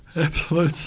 absolute